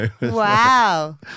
Wow